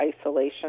isolation